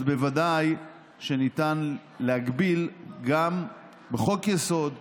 אז בוודאי ניתן להגביל בחוק-יסוד,